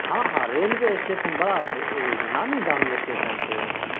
हँ हँ railway station बड़ा ई नामी गामी स्टेशन छै ओ